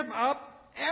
up